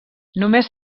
només